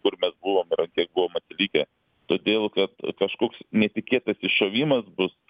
kur mes buvom ir an kiek buvom atsilikę todėl kad kažkoks netikėtas išėjimas bus